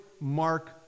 mark